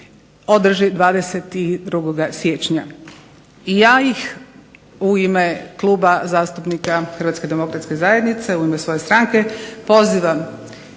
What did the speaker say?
održi 22. siječnja. I ja ih u ime Kluba zastupnika Hrvatske demokratske zajednice, u ime svoje stranke pozivam